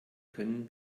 können